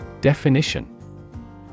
Definition